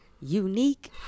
Unique